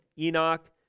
Enoch